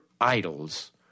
idols